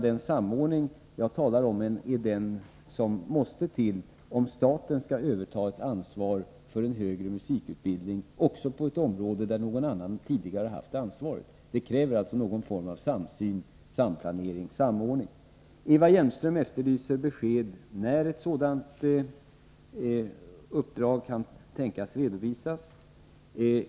Den samordning jag talar om är den som måste till om staten skall överta ansvaret för en högre musikutbildning på ett område där någon annan tidigare haft ansvaret. Detta kräver någon form av samsyn, samplanering och samordning. Eva Hjelmström efterlyser besked om när resultatet av ett sådant uppdrag kan redovisas.